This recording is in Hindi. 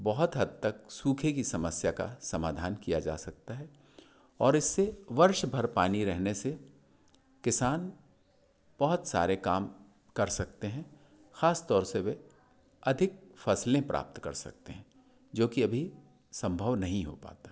बहुत हद तक सूखे की समस्या का समाधान किया जा सकता है और इससे वर्ष भर पानी रहने से किसान बहुत सारे काम कर सकते हैं ख़ासतौर से वो अधिक फ़सलें प्राप्त कर सकते हैं जोकि अभी संभव नहीं हो पाता